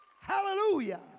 Hallelujah